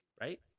right